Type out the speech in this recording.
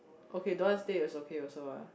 okay don't want stay is okay also ah